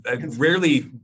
rarely